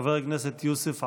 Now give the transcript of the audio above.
חבר הכנסת יוסף עטאונה,